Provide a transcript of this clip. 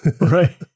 Right